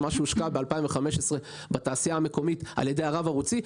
של מה שהושקע ב-2015 בתעשייה המקומית על ידי הרב-ערוצי,